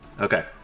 Okay